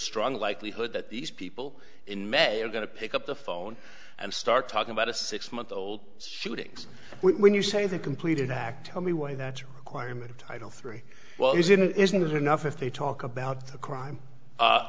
strong likelihood that these people in may are going to pick up the phone and start talking about a six month old shootings when you say the completed act tell me why that quire matter title three well is it isn't enough if they talk about the crime